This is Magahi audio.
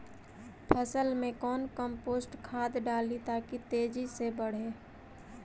फसल मे कौन कम्पोस्ट खाद डाली ताकि तेजी से बदे?